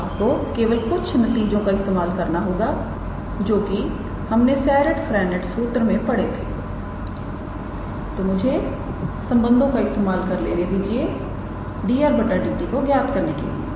तो आपको केवल कुछ नतीजों का इस्तेमाल करना होगा जो कि हमने सेरिट फ्रेंनेट सूत्र में पड़े थे तो मुझे संबंधों का इस्तेमाल कर लेने दीजिए 𝑑𝑟⃗ 𝑑𝑡 ज्ञात करने के लिए